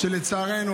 לצערנו,